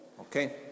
Okay